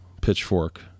pitchfork